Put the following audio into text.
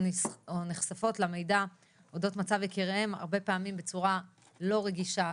נחשפות למידע אודות מצב יקיריהן הרבה פעמים בצורה לא רגישה,